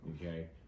Okay